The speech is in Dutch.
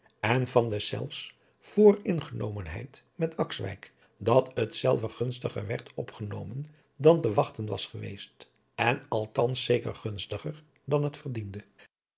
en van deszelfs vooringenomenheid met akswijk dat hetzelve gunstiger werd opgenomen dan te wachten was geweest en althans zeker gunstiger dan het verdiende